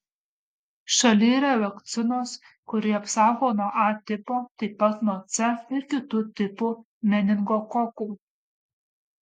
šalyje yra vakcinos kuri apsaugo nuo a tipo taip pat nuo c ir kitų tipų meningokokų